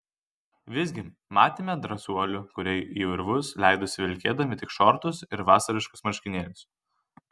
visgi matėme drąsuolių kurie į urvus leidosi vilkėdami tik šortus ir vasariškus marškinėlius